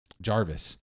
Jarvis